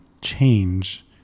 change